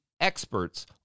experts